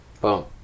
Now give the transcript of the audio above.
Boom